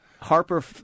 Harper